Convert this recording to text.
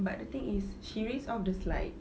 but the thing is she reads off the slides